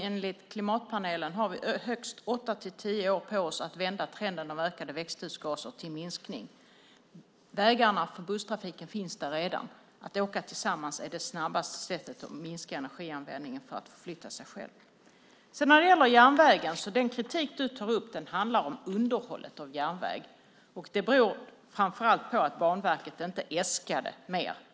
Enligt klimatpanelen har vi högst åtta-tio år på oss för att vända trenden, från ökade växthusgaser till en minskning. Vägar för busstrafik finns redan. Genom att åka tillsammans minskar man snabbast energianvändningen när man förflyttar sig. När det gäller järnvägen handlar den kritik som du tar upp om underhållet av järnväg. Orsaken är framför allt att Banverket inte äskade mer pengar.